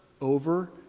over